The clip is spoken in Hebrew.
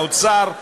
האוצר,